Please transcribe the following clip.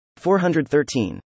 413